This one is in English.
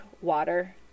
water